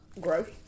Gross